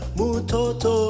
mutoto